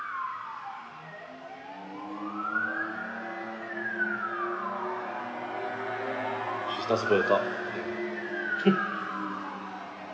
she's not supposed to talk